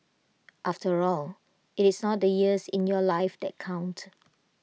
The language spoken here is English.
after all IT is not the years in your life that count